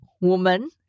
woman